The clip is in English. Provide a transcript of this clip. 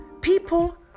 people